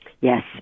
Yes